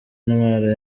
intara